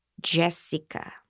Jessica